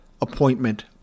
appointment